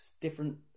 different